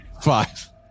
Five